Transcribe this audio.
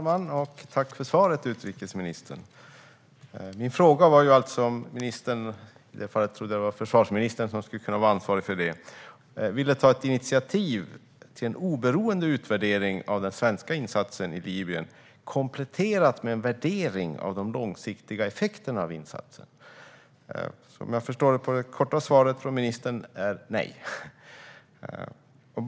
Herr talman! Tack för svaret, utrikesministern! Min fråga var alltså om ministern - i det här fallet trodde jag att det var försvarsministern som var ansvarig - ville ta initiativ till en oberoende utvärdering av den svenska insatsen i Libyen, kompletterad med en värdering av de långsiktiga effekterna av insatsen. Det korta svaret från utrikesministern är nej.